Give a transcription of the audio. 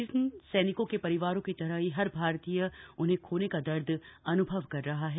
इन सैनिकों के परिवारों की तरह ही हर भारतीय उन्हें खोने का दर्द का अनुभव कर रहा है